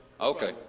Okay